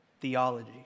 theology